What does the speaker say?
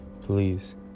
Please